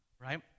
Right